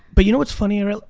but you know what's funny, ariel,